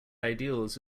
ideals